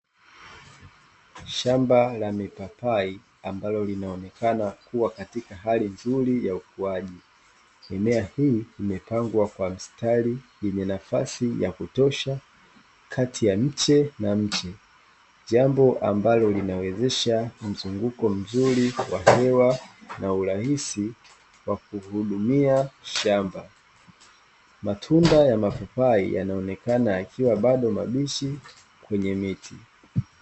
Shamba la mipapai ambalo linaonekana kuwa katika hali nzuri ya ukuaji, mimea hii imepangwa kwa mstari yenye nafasi ya kutosha kati ya mche na mche, jambo ambalo linawezesha mzunguko mzuri wa hewa na urahisi wa kuhudumia shamba, matunda ya mapapai yanaonekana yakiwa bado mabichi kwenye miti.